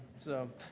so